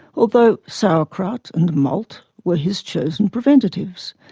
although sauerkraut and malt were his chosen preventatives.